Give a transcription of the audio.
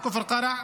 כפר קרע,